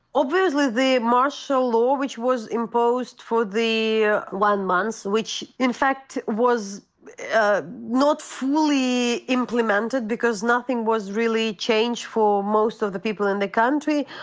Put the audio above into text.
obviously, the martial law which was imposed for the one month, which in fact was not fully implemented because nothing was really changed for most of the people in the country,